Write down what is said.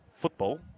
Football